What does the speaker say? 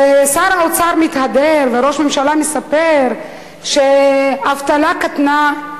ושר האוצר מתהדר וראש הממשלה מספר שהאבטלה קטנה,